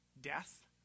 Death